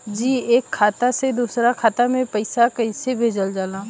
जी एक खाता से दूसर खाता में पैसा कइसे भेजल जाला?